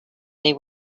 they